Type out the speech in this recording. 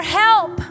help